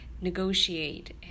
negotiate